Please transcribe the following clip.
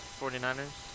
49ers